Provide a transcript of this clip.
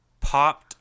Popped